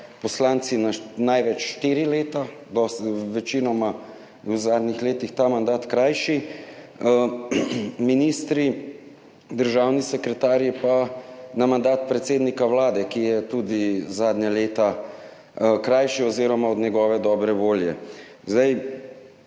Poslanci na največ štiri leta, večinoma je v zadnjih letih ta mandat krajši, ministri, državni sekretarji pa na mandat predsednika Vlade, ki je zadnja leta tudi krajši, oziroma od njegove dobre volje. Jaz